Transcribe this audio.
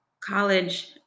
college